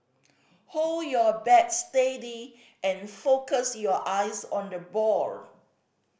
hold your bat steady and focus your eyes on the ball